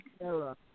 era